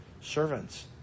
servants